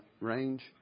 range